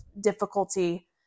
difficulty